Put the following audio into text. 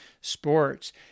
sports